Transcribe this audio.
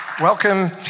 Welcome